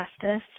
Justice